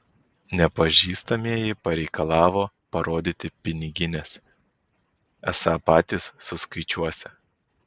nepažįstamieji pareikalavo parodyti pinigines esą patys suskaičiuosią